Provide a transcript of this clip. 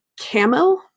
camo